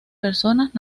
personas